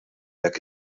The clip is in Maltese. hekk